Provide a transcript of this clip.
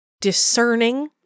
discerning